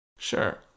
Sure